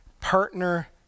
partner